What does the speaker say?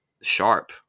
sharp